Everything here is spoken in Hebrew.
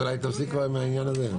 אז אולי היא תפסיק כבר עם העניין הזה.